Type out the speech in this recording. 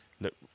look